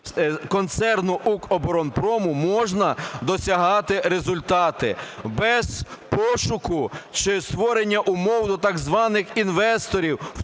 концерну "Укроборонпрому" можна досягати результати без пошуку чи створення умов до так званих інвесторів,